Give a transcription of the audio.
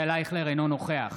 אינו נוכח